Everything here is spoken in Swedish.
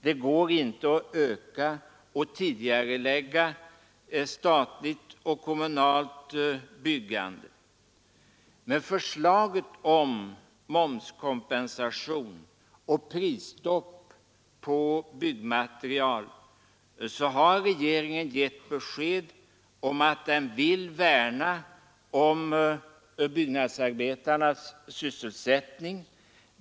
Det går inte att öka och tidigarelägga statligt och kommunalt byggande. Med förslaget om momskompensation och prisstopp på byggmaterial har regeringen gett besked om att den vill värna om byggnadsarbetarnas sysselsättning.